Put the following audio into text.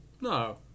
No